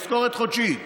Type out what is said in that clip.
משכורת חודשית,